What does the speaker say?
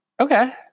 Okay